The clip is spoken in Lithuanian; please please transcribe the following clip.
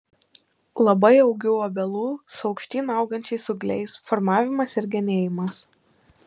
labai augių obelų su aukštyn augančiais ūgliais formavimas ir genėjimas